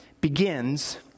begins